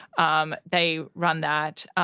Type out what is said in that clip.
um they run that.